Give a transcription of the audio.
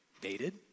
baited